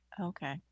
Okay